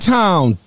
town